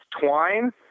twine